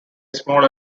small